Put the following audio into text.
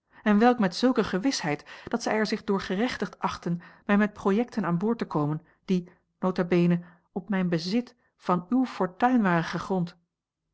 en wel met zulke gewisheid dat zij er zich door gerechtigd achtten mij met projecten aan boord te komen die nota bene op mijn bezit van uwe fortuin waren gegrond